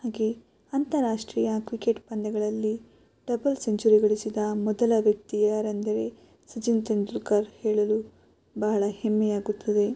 ಹಾಗೇ ಅಂತಾರಾಷ್ಟ್ರೀಯ ಕ್ರಿಕೆಟ್ ಪಂದ್ಯಗಳಲ್ಲಿ ಡಬಲ್ ಸೆಂಚುರಿ ಗಳಿಸಿದ ಮೊದಲ ವ್ಯಕ್ತಿ ಯಾರೆಂದರೆ ಸಚಿನ್ ತೆಂಡೂಲ್ಕರ್ ಹೇಳಲು ಬಹಳ ಹೆಮ್ಮೆಯಾಗುತ್ತದೆ